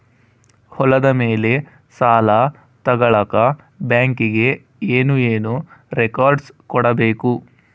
ಹೊಲದ ಮೇಲೆ ಸಾಲ ತಗಳಕ ಬ್ಯಾಂಕಿಗೆ ಏನು ಏನು ರೆಕಾರ್ಡ್ಸ್ ಕೊಡಬೇಕು?